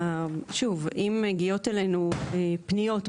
שוב, אם מגיעות אלינו פניות.